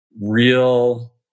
real